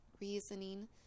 reasoning